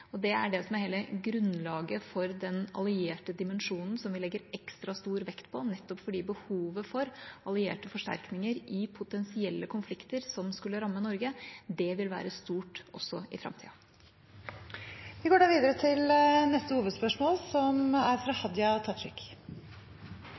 Det er det som er hele grunnlaget for den allierte dimensjonen som vi legger ekstra stor vekt på, nettopp fordi behovet for allierte forsterkninger i potensielle konflikter som skulle ramme Norge, vil være stort også i framtida. Vi går videre til neste hovedspørsmål. Spørsmålet mitt går til arbeidsministeren. Det er